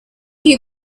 you